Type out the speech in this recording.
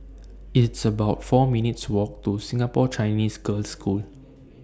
It's about four minutes' Walk to Singapore Chinese Girls' School